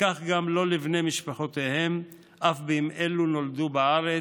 וכך גם לא לבני משפחותיהם, אף אם אלו נולדו בארץ,